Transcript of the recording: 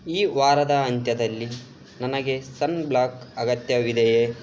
ಈ ವಾರದ ಅಂತ್ಯದಲ್ಲಿ ನನಗೆ ಸನ್ ಬ್ಲಾಕ್ ಅಗತ್ಯವಿದೆಯೇ